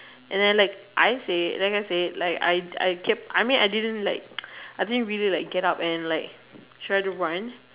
and then like I said like I said like I I keep I mean like I didn't really like get up and like try to run